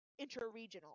interregional